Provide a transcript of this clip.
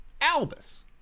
albus